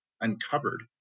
uncovered